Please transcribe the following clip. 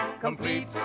complete